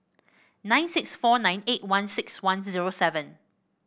nine six four nine eight one six one zero seven